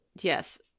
yes